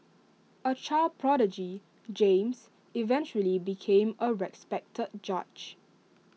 A child prodigy James eventually became A respected judge